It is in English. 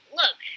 look